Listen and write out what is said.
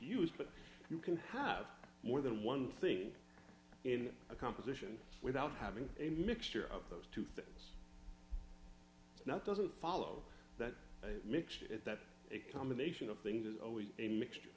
but you can have more than one thing in a composition without having a mixture of those two things it's not doesn't follow that it makes it that a combination of things is always a mixture